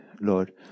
Lord